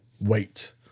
Wait